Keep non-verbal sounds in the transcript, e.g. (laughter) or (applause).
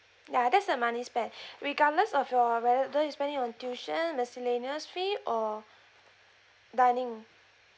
ya that's the money spend (breath) regardless of your whenever you're spending on tuition miscellaneous fee or dining